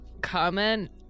Comment